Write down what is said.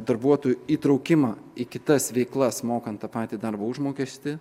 darbuotojų įtraukimą į kitas veiklas mokant tą patį darbo užmokestį